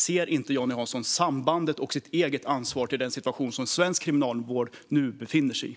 Ser inte Jonny Cato Hansson ett samband och sitt eget ansvar för den situation som svensk kriminalvård nu befinner sig i?